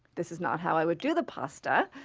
this is not how i would do the pasta,